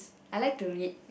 I like to read